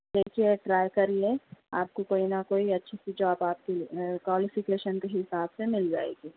دیکھیے او ٹرائی کریئے آپ کو کوئی نہ کوئی اچھی سی جاب آپ کی کوالیفِکیشن کے حساب سے مل جائے گی